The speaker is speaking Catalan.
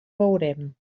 veurem